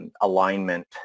alignment